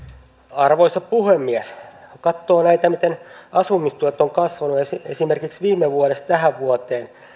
arvoisa puhemies kun katsoo näitä miten asumistuet ovat kasvaneet esimerkiksi viime vuodesta tähän vuoteen ne